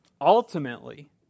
Ultimately